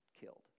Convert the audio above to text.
killed